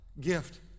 gift